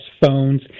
phones